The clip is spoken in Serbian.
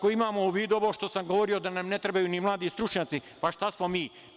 imamo u vidu ovo što sam govorio da nam ne trebaju ni mladi stručnjaci, pa šta smo mi?